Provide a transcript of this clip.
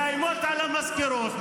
מאיימות על המזכירות,